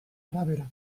arabera